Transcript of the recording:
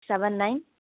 seven nine